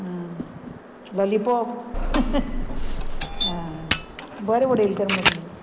आं लॉलीपॉप आं बरें उडयलें तर मुगो